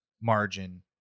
margin